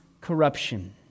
corruption